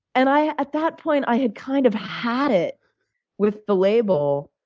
and i at that point, i had kind of had it with the label,